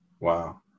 Wow